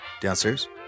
Downstairs